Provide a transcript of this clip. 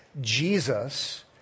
Jesus